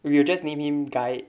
we will just name him guy